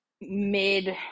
mid